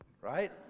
right